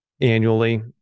annually